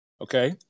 okay